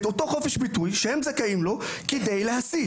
אותו חופש ביטוי שהם זכאים לו כדי להסית,